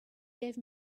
gave